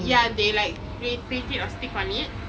ya they like paint it or stick on it